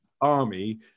army